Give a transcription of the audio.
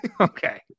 okay